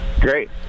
Great